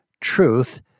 truth